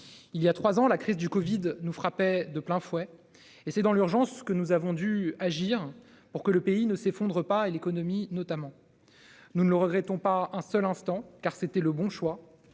Il y a 3 ans, la crise du Covid nous frappait de plein fouet. Et c'est dans l'urgence que nous avons dû agir pour que le pays ne s'effondre pas et l'économie notamment. Nous ne le regrettons pas un seul instant car c'était le bon choix